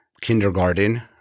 kindergarten